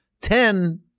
ten